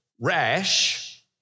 rash